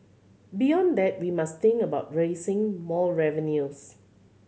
beyond that we must think about raising more revenues